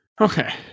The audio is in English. Okay